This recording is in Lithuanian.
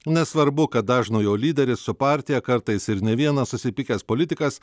nesvarbu kad dažno jo lyderis su partija kartais ir ne vienas susipykęs politikas